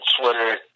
Twitter